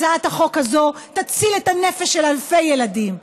הצעת החוק הזו תציל את הנפשות של אלפי ילדים.